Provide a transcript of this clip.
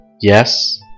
Yes